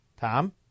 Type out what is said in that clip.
Tom